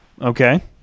Okay